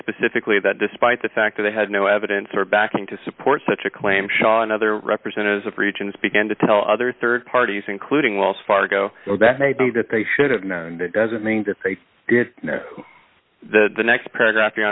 specifically that despite the fact that they had no evidence or backing to support such a claim shaw and other representatives of regions began to tell other rd parties including waltz fargo that maybe that they should have known that doesn't mean that they get the next paragraph